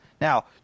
now